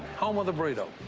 home of the burrito.